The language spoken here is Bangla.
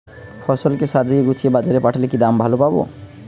ফসল কে সাজিয়ে গুছিয়ে বাজারে পাঠালে কি দাম ভালো পাব?